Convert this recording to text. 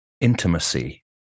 Intimacy